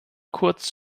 kurz